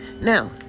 Now